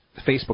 Facebook